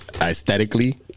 aesthetically